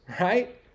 right